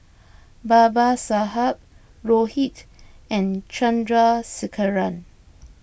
Babasaheb Rohit and Chandrasekaran